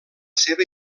seva